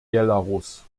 belarus